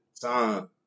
time